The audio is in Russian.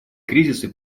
кризисы